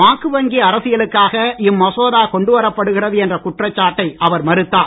வாக்கு வங்கி அரசியலுக்காக இம்மசோதா கொண்டு வரப்படுகிறது என்ற குற்றசாட்டை அவர் மறுத்தார்